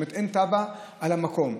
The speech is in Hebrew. כלומר אין תב"ע על המקום.